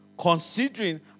considering